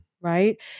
right